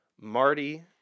Marty